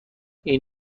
این